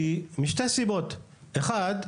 כי משתי סיבות, אחת,